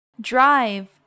drive